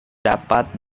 dapat